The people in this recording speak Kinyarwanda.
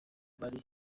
bari